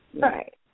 Right